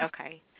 okay